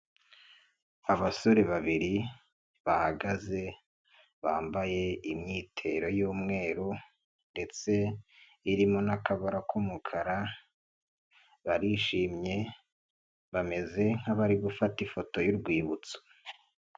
Abasore babiri bahagaze bambaye imyitero y'umweru, ndetse irimo n'akabara k'umukara, barishimye bameze nk'abari gufata ifoto y'urwibutso.